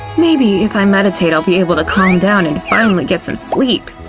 maybe if i meditate i'll be able to calm down and finally get some sleep.